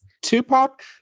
tupac